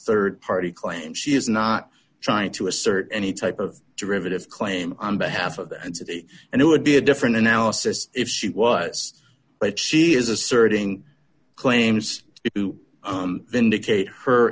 rd party claim she is not trying to assert any type of derivative claim on behalf of the entity and it would be a different analysis if she was but she is asserting claims to indicate